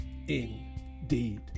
indeed